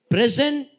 Present